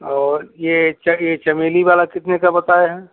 और ये च ये चमेली वाला कितने का बताए हैं